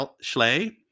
Schley